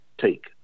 take